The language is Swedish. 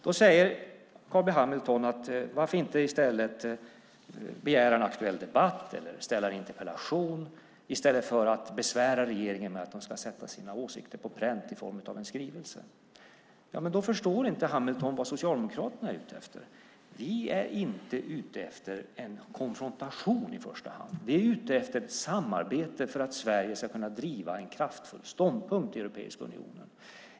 Då frågar Carl B Hamilton: Varför inte begära en aktuell debatt eller ställa en interpellation i stället för att besvära regeringen med att man ska sätta sina åsikter på pränt i form av en skrivelse? Då förstår inte Hamilton vad Socialdemokraterna är ute efter. Vi är inte ute efter en konfrontation i första hand. Vi är ute efter ett samarbete för att Sverige ska kunna driva en kraftfull ståndpunkt i Europeiska unionen.